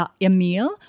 Emil